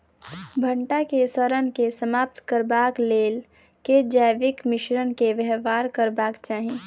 भंटा केँ सड़न केँ समाप्त करबाक लेल केँ जैविक मिश्रण केँ व्यवहार करबाक चाहि?